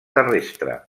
terrestre